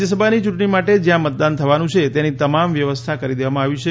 રાજ્યસભાની યૂંટણી માટે જ્યાં મતદાન થવાનું છે તેની તમામ વ્યવસ્થા કરી દેવામાં આવી છે